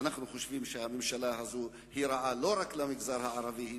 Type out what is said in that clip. ואנו חושבים שהממשלה הזאת היא רעה לא רק למגזר הערבי,